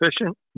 efficient